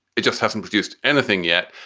it just hasn't produced anything yet.